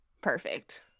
perfect